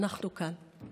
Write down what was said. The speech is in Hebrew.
אנחנו כאן.